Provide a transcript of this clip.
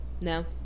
no